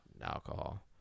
alcohol